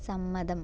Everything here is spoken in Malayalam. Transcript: സമ്മതം